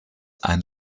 ein